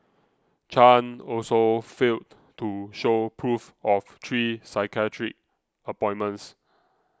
chan also failed to show proof of three psychiatric appointments